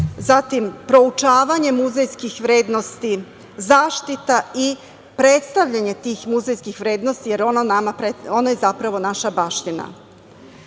proučavanje muzejske vrednosti, zaštita i predstavljanje tih muzejskih vrednosti, jer ono je zapravo naša baština. Kao